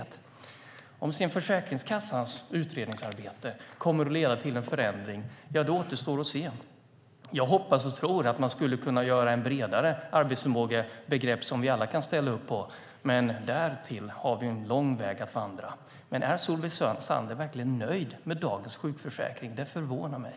Det återstår att se om Försäkringskassans utredningsarbete sedan kommer att leda till en förändring. Jag hoppas och tror att man skulle kunna göra ett bredare arbetsförmågebegrepp som vi alla kan ställa upp på, men dit har vi en lång väg att vandra. Är Solveig Zander verkligen nöjd med dagens sjukförsäkring? Det förvånar mig.